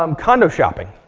um condo shopping,